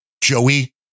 Joey